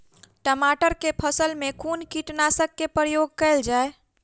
टमाटर केँ फसल मे कुन कीटनासक केँ प्रयोग कैल जाय?